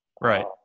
Right